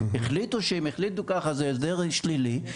החליטו שהם החליטו ככה אז זה הסדר שלילי,